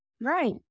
Right